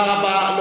טוב, תודה רבה.